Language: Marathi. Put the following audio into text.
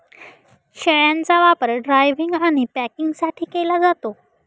शेळ्यांचा वापर ड्रायव्हिंग आणि पॅकिंगसाठी केला जातो